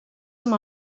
amb